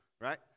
right